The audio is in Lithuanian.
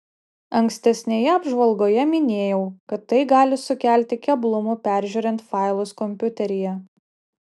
ankstesnėje apžvalgoje minėjau kad tai gali sukelti keblumų peržiūrint failus kompiuteryje